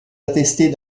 attestés